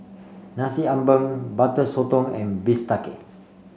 Nasi Ambeng Butter Sotong and bistake